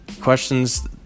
Questions